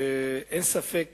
אין ספק